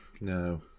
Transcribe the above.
No